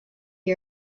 the